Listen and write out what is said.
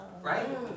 right